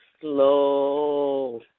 slow